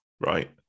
right